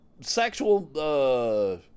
sexual